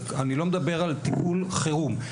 אני לא מדבר על טיפול חירום.